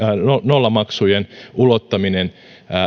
nollamaksujen ulottamiseen